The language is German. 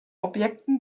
objekten